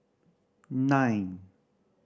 nine